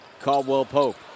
Caldwell-Pope